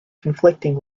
conflicting